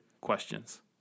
questions